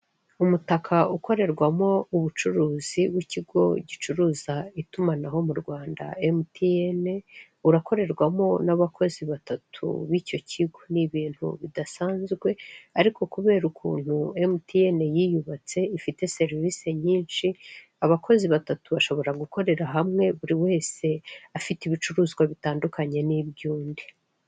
Umutaka ukorerwamo ubucuruzi w'ikigo gicuruza itumanaho mu Rwanda emutiyene, urakorerwamo n'abakozi batatu b'icyo kigo, ni ibintu bidasanzwe ariko kubera ukuntu emutiyene yiyubatse ifite serivise nyinshi, abakozi batatu bashobora gukorera hamwe, buri wese afite ibicuruzwa bitandukanye n'iby'undi.